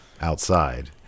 outside